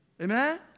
Amen